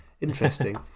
Interesting